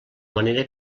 manera